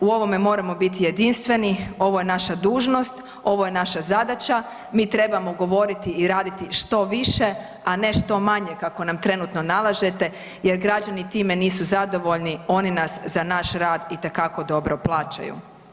U ovome moramo biti jedinstveni, ovo je naša dužnost, ovo je naša zadaća, mi trebamo govoriti i raditi što više, a ne što manje kako nam trenutno nalažete jer građani time nisu zadovoljni, oni nas za naš rad itekako dobro plaćaju.